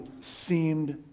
seemed